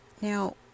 Now